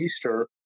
Easter